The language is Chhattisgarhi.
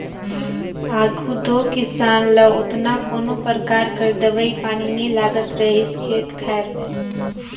आघु दो किसान ल ओतना कोनो परकार कर दवई पानी नी लागत रहिस खेत खाएर में